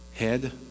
Head